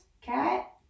Cat